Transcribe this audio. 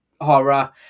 horror